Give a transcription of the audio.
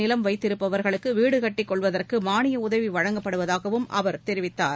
நிலம் வைத்திருப்பவா்களுக்கு வீடு கட்டிக் கொள்வதற்கு சொந்த மானிய உகவி வழங்கப்படுவதாகவும் அவர் தெரிவித்தார்